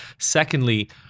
Secondly